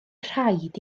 rhaid